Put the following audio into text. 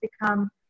become